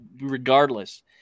regardless